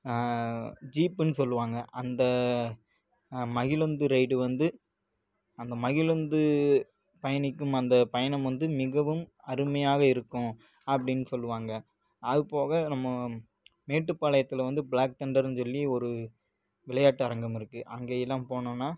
ஜீப்புன்னு சொல்லுவாங்க அந்த மகிழுந்து ரைடு வந்து அந்த மகிழுந்து பயணிக்கும் அந்த பயணம் வந்து மிகவும் அருமையாக இருக்கும் அப்படின்னு சொல்லுவாங்க அதுபோக நம்மோ மேட்டுப்பாளையத்தில் வந்து ப்ளாக் தண்டர்னு சொல்லி ஒரு விளையாட்டு அரங்கம் இருக்குது அங்கேலாம் போனோம்னா